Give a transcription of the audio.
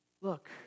Look